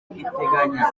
iteganya